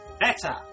Better